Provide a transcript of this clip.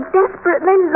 desperately